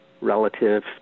relative